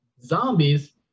zombies